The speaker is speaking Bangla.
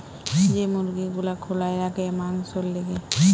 যে মুরগি গুলা খোলায় রাখে মাংসোর লিগে